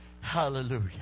Hallelujah